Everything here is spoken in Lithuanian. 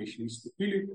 išvysti pilį